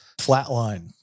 flatline